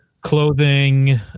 clothing